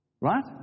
Right